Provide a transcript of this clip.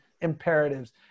imperatives